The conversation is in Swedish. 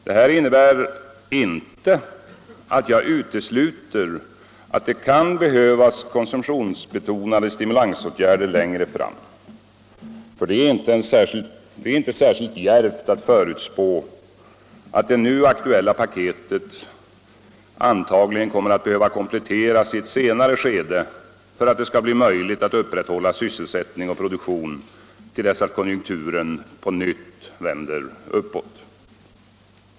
Det innebär således inte att jag utesluter att det kan komma att behövas konsumtionsbetonade stimulansåtgärder längre fram — det är inte särskilt djärvt att förutspå att det nu aktuella paketet antagligen kommer att behöva kompletteras i ett senare skede för att det skall bli möjligt att upprätthålla sysselsättning och produktion till dess att konjunkturerna på nytt vänder uppåt.